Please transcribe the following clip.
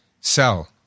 sell